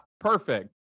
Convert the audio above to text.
perfect